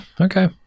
okay